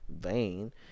vain